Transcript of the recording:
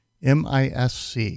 MISC